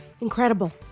Incredible